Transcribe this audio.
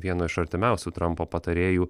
vieno iš artimiausių trampo patarėjų